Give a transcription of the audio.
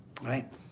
right